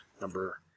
number